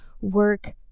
work